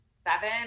seven